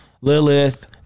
Lilith